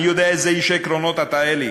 אני יודע איזה איש עקרונות אתה, אלי.